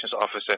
officer